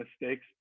mistakes